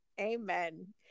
Amen